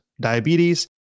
diabetes